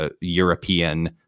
European